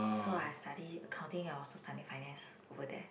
so I study accounting I also study finance over there